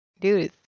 Dude